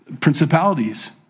principalities